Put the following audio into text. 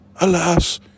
alas